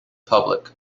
public